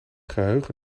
geheugen